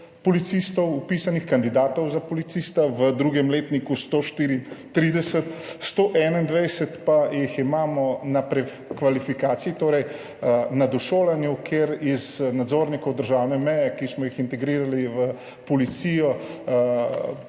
imamo 143 vpisanih kandidatov za policista, v drugem letniku 134, 121 pa jih imamo na prekvalifikaciji, torej na došolanju, to so nadzorniki državne meje, ki smo jih integrirali v policijo,